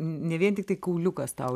ne vien tiktai kauliukas tau